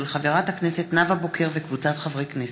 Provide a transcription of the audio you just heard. של חברת הכנסת נאוה בוקר וקבוצת חברי הכנסת.